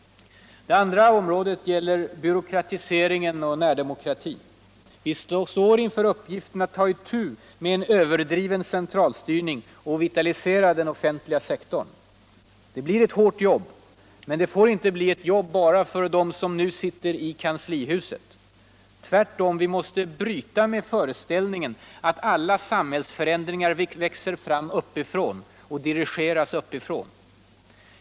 Det andra området är: Mot byråkratisering och för närdemokrati. Vi står inför uppgiften att ta itu med byråkratisering och överdriven cen Allmänpolitisk . debatt Allmänpolitisk debatt tralstyrning och att vitalisera den otfentliga sektorn. Det blir ett hårt jobb, men det får inte bli ett jobb bara för oss som nu sitter i kanslihuset. Tvärtom. Vi måste bryta med föreställningen att alla samhällsförändringar växer fram uppifrån och dirigeras uppifrån.